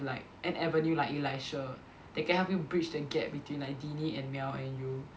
like an avenue like Elisha that can help you breach the gap between like Deeney and Mel and you